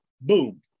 Boom